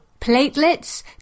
Platelets